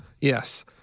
Yes